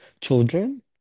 children